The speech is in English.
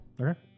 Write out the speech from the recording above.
Okay